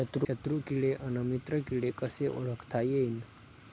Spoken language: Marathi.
शत्रु किडे अन मित्र किडे कसे ओळखता येईन?